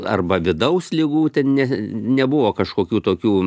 arba vidaus ligų ten ne nebuvo kažkokių tokių